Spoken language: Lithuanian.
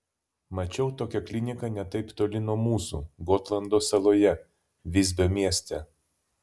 mačiau tokią kliniką ne taip toli nuo mūsų gotlando saloje visbio mieste